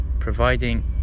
providing